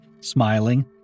smiling